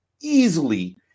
easily